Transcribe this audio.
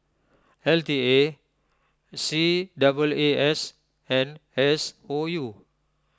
L T A C double A S and S O U